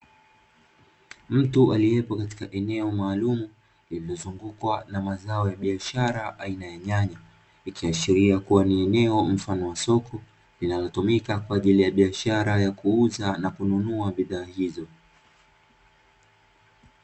Mtu aliyepo katika eneo maalumu lililozungukwa na mazao ya biashara aina ya nyanya, ikiashiria kuwa ni eneo mfano wa soko, linalotumika kwa ajili ya biashara ya kuuza na kununua bidhaa hizo.